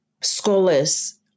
scholars